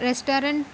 restaurant